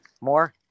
more